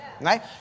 right